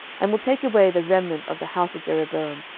and will take away the remnant of the house of jeroboam,